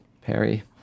Perry